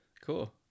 Cool